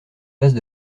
vases